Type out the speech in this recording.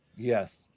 yes